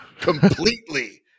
completely